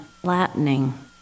flattening